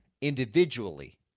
individually